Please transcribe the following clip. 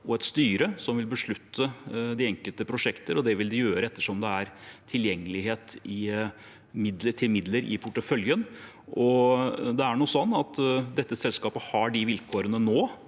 og et styre som vil beslutte de enkelte prosjekter, og det vil de gjøre etter som det er tilgjengelighet til midler i porteføljen. Det er nå sånn